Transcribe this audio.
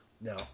No